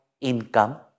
income